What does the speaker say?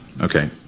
Okay